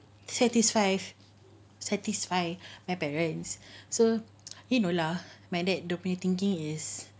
satisfies satisfy my parents so you know lah my dad punya thinking is